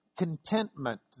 contentment